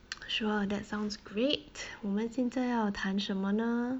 sure that sounds great 我们现在要谈什么呢